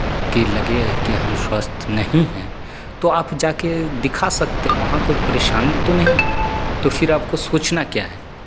कि लगे कि हम स्वस्थ नहीं हैं तो आप जा के दिखा सकते हैं वहाँ कोई परेशानी तो नहीं है फिर आपको सोचना क्या है